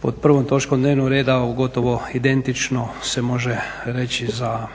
pod prvom točkom dnevnog reda, gotovo identično se može reći i za